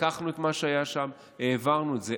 לקחנו את מה שהיה שם, העברנו את זה.